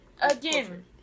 Again